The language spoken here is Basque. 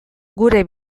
gure